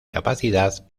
capacidad